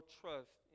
trust